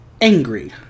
angry